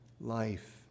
life